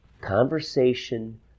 conversation